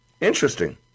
Interesting